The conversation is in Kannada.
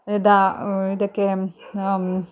ದಾ ಇದಕ್ಕೆ